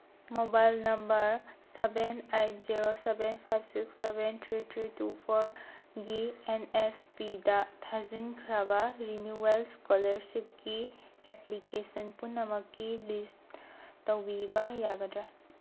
mobile number seven eight zero seven five six seven three three two ꯐꯣꯔꯒꯤ N S ꯄꯤꯗ ꯊꯥꯖꯤꯟꯈ꯭ꯔꯕ renewal ꯏꯁꯀꯣꯂꯥꯔꯁꯤꯞꯀꯤ application ꯄꯨꯅꯃꯛꯀꯤ ꯂꯤꯁ ꯇꯧꯕꯤꯕ ꯌꯥꯒꯗ꯭ꯔꯥ